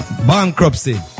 Bankruptcy